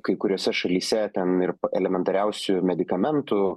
kai kuriose šalyse ten ir elementariausių medikamentų